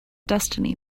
destiny